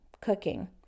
cooking